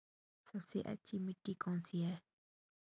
सबसे अच्छी मिट्टी कौन सी है?